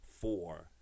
four